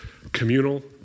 communal